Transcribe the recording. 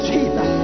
Jesus